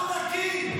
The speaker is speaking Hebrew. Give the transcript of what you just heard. אנחנו נקים.